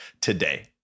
today